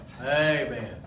Amen